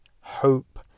hope